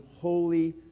holy